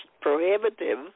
prohibitive